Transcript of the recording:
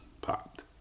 popped